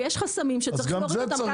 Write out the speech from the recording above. ויש חסמים שצריך להוריד אותם.